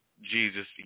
jesus